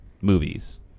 movies